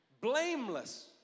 Blameless